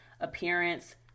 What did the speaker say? appearance